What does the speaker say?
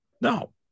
No